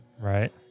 Right